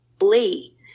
Lee